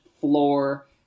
floor